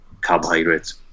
carbohydrates